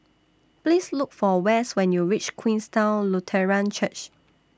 Please Look For West when YOU REACH Queenstown Lutheran Church